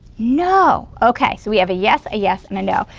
no. okay, so we have a yes, a yes and a no.